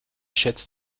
schätzt